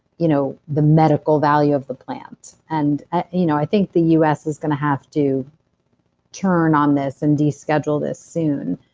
you know the medical value of the plant. and you know i think the us is gonna have to turn on this and deschedule this soon.